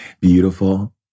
beautiful